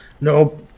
Nope